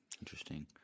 Interesting